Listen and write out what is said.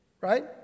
Right